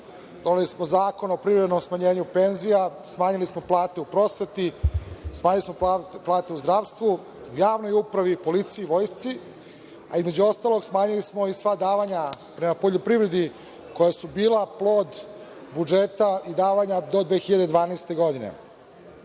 Doneli smo Zakon o privremenom smanjenju penzija. Smanjili smo plate u prosveti. Smanjili smo plate u zdravstvu, javnoj upravi, policiji, vojsci, a između ostalog smanjili smo i sva davanja prema poljoprivredi koja su bila plod budžeta i davanja do 2012. godine. Ovaj